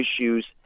issues